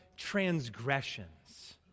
transgressions